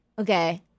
Okay